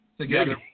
together